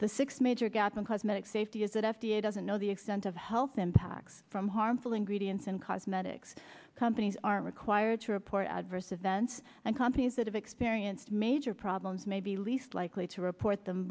the six major gaps on cosmetic safety is that f d a doesn't know the extent of health impacts from harmful ingredients and cosmetics companies are required to report adverse events and companies that have experienced major problems may be least likely to report them